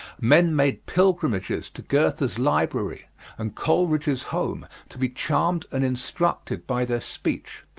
men made pilgrimages to goethe's library and coleridge's home to be charmed and instructed by their speech,